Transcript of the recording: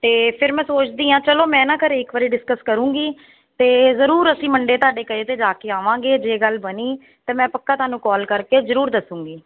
ਅਤੇ ਫਿਰ ਮੈਂ ਸੋਚਦੀ ਹਾਂ ਚਲੋ ਮੈਂ ਨਾ ਘਰੇ ਇੱਕ ਵਾਰੀ ਡਿਸਕਸ ਕਰੂੰਗੀ ਅਤੇ ਜ਼ਰੂਰ ਅਸੀਂ ਮੰਡੇ ਤੁਹਾਡੇ ਕਹੇ 'ਤੇ ਜਾ ਕੇ ਆਵਾਂਗੇ ਜੇ ਗੱਲ ਬਣੀ ਤਾਂ ਮੈਂ ਪੱਕਾ ਤੁਹਾਨੂੰ ਕਾਲ ਕਰਕੇ ਜ਼ਰੂਰ ਦੱਸੂਗੀ